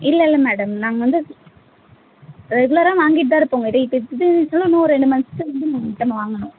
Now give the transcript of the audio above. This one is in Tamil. இல்லல்லை மேடம் நாங்கள் வந்து ரெகுலராக வாங்கிட்டு தான் இருப்போம் உங்கள்கிட்ட இப்போ எப்படி இருந்தாலும் இன்னும் ஒரு ரெண்டு மந்த்ஸ்க்கு வந்து ரிட்டன் வாங்கணும்